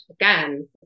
again